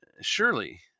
Surely